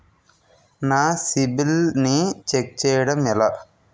నా సిబిఐఎల్ ని ఛెక్ చేయడం ఎలా?